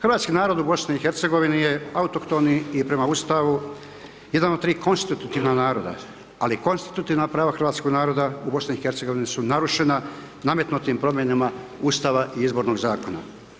Hrvatski narod u BIH je autohtoni i prema Ustavu jedan od 3 konstitutivna naroda, ali konstitutivna prava hrvatskog naroda u BIH su narušena, nametnutim promjenama Ustava i izbornog zakona.